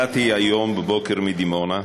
באתי היום בבוקר מדימונה,